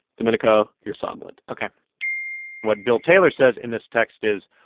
domenico, you're sondland ok what bill taylor says in this text is,